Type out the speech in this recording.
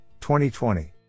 2020